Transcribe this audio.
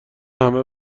همه